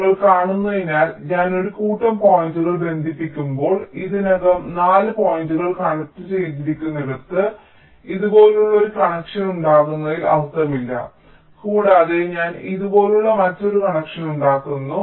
നിങ്ങൾ കാണുന്നതിനാൽ ഞാൻ ഒരു കൂട്ടം പോയിന്റുകൾ ബന്ധിപ്പിക്കുമ്പോൾ ഞാൻ ഇതിനകം 4 പോയിന്റുകൾ കണക്റ്റുചെയ്തിരിക്കുന്നിടത്ത് ഇതുപോലുള്ള ഒരു കണക്ഷൻ ഉണ്ടാക്കുന്നതിൽ അർത്ഥമില്ല കൂടാതെ ഞാൻ ഇതുപോലുള്ള മറ്റൊരു കണക്ഷൻ ഉണ്ടാക്കുന്നു